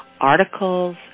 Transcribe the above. articles